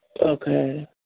Okay